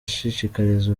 ashishikariza